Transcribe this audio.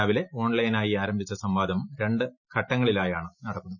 രാവിലെ ഓൺലൈനായി ആരംഭിച്ച സംവാദം രണ്ട് ഘട്ടങ്ങളിലായാണ് നടക്കുന്നത്